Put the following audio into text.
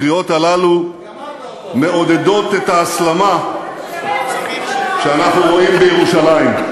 הקריאות האלה מעודדות את ההסלמה שאנחנו רואים בירושלים,